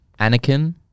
Anakin